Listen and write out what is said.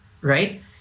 right